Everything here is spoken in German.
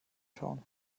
schauen